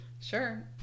Sure